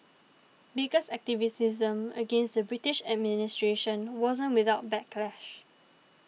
baker's activism against the British administration wasn't without backlash